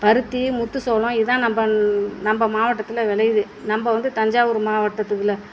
பருத்தி முத்து சோளம் இதுதான் நம்ம நம்ம மாவட்டத்தில் விளையிது நம்ம வந்து தஞ்சாவூர் மாவட்டத்தில்